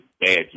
bad